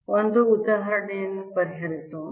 ಒಂದು ಉದಾಹರಣೆಯನ್ನು ಪರಿಹರಿಸೋಣ